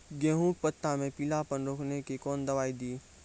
गेहूँ के पत्तों मे पीलापन रोकने के कौन दवाई दी?